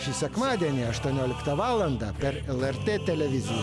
šį sekmadienį aštuonioliktą valandą per lrt televiziją